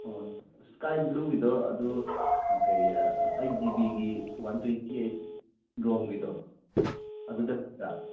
ꯑꯣ ꯀꯗꯥꯏ ꯕ꯭ꯂꯨꯒꯤꯗꯣ ꯑꯗꯨ ꯀꯔꯤ ꯑꯩꯠ ꯖꯤꯕꯤꯒꯤ ꯋꯥꯟ ꯇ꯭ꯋꯦꯟꯇꯤ ꯑꯩꯠ ꯔꯣꯝꯒꯤꯗꯣ ꯑꯗꯨ ꯕꯦꯇ꯭ꯔꯤꯗ